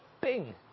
bing